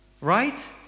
right